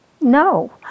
No